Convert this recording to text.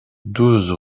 douze